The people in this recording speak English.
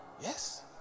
yes